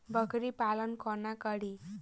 बकरी पालन कोना करि?